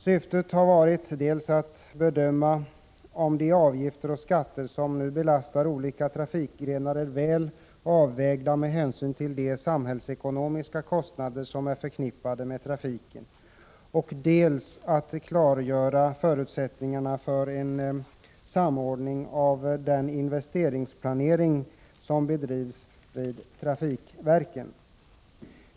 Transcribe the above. Syftet har varit dels att bedöma om de avgifter och skatter som belastar olika trafikgrenar är väl avvägda med hänsyn till de samhällsekonomiska kostnader som är förknippade med trafiken, dels att klargöra förutsättningarna för en samordning av den investeringsplanering som bedrivs vid trafikverken.